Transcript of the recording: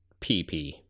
pp